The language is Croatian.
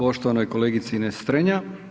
poštovanoj kolegici Ines Strenja.